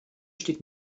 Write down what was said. steht